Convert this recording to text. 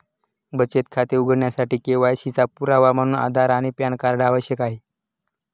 बचत खाते उघडण्यासाठी के.वाय.सी चा पुरावा म्हणून आधार आणि पॅन कार्ड आवश्यक आहे